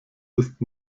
ist